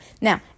Now